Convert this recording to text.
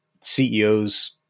CEOs